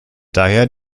daher